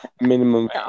minimum